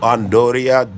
Andoria